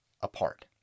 apart